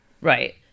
Right